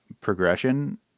progression